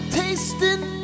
tasting